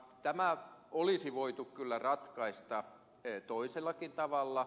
tämä olisi voitu kyllä ratkaista toisellakin tavalla